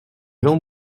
jean